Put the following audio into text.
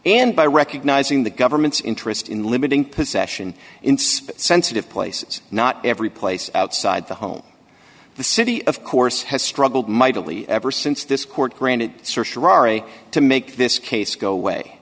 and by recognizing the government's interest in limiting possession in sensitive places not every place outside the home the city of course has struggled mightily ever since this court granted search rory to make this case go away